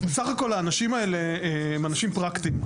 בסך הכול האנשים האלה הם אנשים פרקטיים.